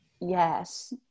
yes